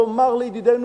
לומר לידידינו,